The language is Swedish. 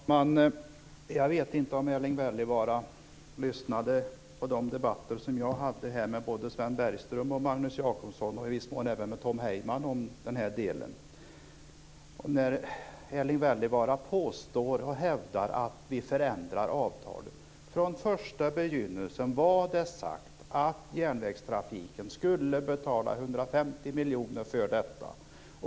Fru talman! Jag vet inte om Erling Wälivaara lyssnade på de debatter som jag hade här med både Sven Bergström och Magnus Jacobsson, och i viss mån även med Tom Heyman, om den här delen. Erling Wälivaara påstår och hävdar att vi förändrar avtalet. Från första begynnelsen var det sagt att järnvägstrafiken skulle betala 150 miljoner kronor för detta.